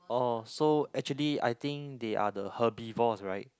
orh so actually I think they are the herbivores right